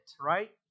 right